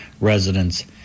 residents